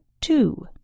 Two